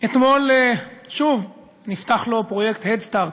אתמול שוב נפתח לו פרויקט "הדסטארט"